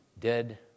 dead